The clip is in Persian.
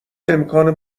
امکان